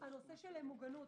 הנושא של מוגנות.